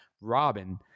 Robin